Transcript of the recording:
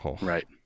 Right